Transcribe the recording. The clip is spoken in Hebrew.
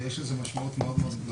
כי יש לזה משמעות גדולה מאוד.